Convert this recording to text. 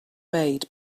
made